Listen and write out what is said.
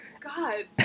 God